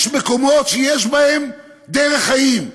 יש מקומות שיש בהם דרך חיים,